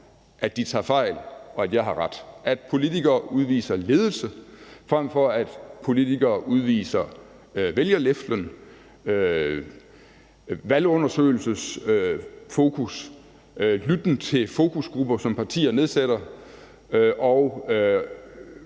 at de tager fejl, og at jeg har ret. At politikere udviser ledelse, frem for at politikere udviser vælgerleflen, har fokus på vælgerundersøgelser, lytter til fokusgrupper, som partier nedsætter og